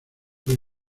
fuí